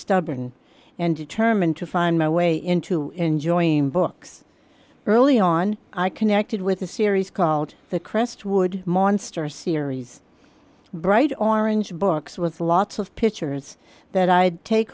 stubborn and determined to find my way into enjoying books early on i connected with a series called the crestwood monster series bright orange books with lots of pictures that i'd take